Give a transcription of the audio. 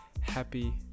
Happy